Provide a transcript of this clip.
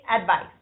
advice